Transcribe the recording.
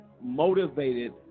motivated